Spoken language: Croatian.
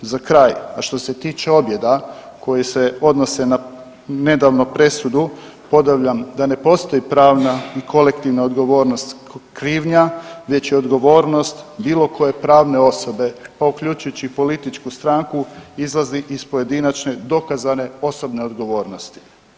Za kraj, a što se tiče objeda koji se odnose na nedavnu presudu ponavljam da ne postoji pravna i kolektivna odgovornost i krivnja već i odgovornost bilo koje pravne osobe, pa uključujući i političku stranku, izlazi iz pojedinačne dokazane osobne odgovornosti.